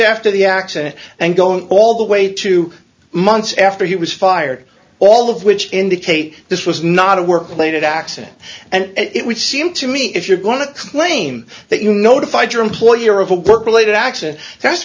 after the accident and going all the way two months after he was fired all of which indicate this was not a work related accident and it would seem to me if you're going to claim that you notified your employer of a work related accident that's to